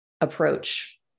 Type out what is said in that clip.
approach